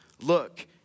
Look